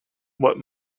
what